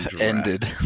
ended